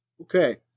Okay